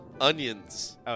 onions